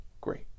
great